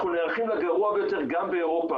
אנחנו נערכים לגרוע ביותר גם באירופה.